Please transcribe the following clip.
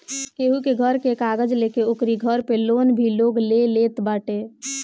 केहू के घर के कागज लेके ओकरी घर पे लोन भी लोग ले लेत बाटे